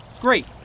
Great